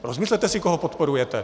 Rozmyslete si, koho podporujete.